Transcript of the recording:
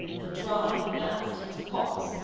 a dry nurse to his coughs,